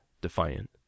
defiant